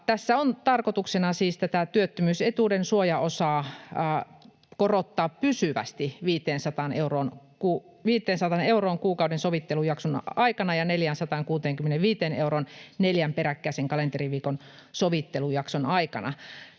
Tässä on tarkoituksena siis tätä työttömyys-etuuden suojaosaa korottaa pysyvästi 500 euroon kuukauden sovittelujakson aikana ja 465 euroon neljän peräkkäisen kalenteriviikon sovittelujakson aikana.